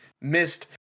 missed